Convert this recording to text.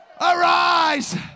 Arise